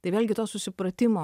tai vėlgi to susipratimo